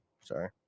sorry